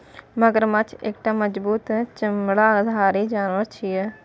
मगरमच्छ एकटा मजबूत चमड़ाधारी जानवर छियै